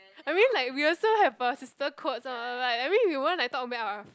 I mean like we also have a sister codes all like I mean we won't like talk bad about